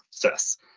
process